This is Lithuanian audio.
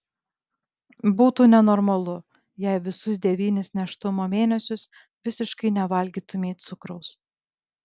būtų nenormalu jei visus devynis nėštumo mėnesius visiškai nevalgytumei cukraus